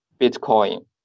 Bitcoin